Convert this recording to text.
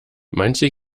manche